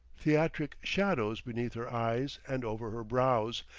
theatric shadows beneath her eyes and over her brows,